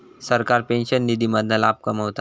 सरकार पेंशन निधी मधना लाभ कमवता